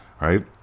Right